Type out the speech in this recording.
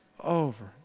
over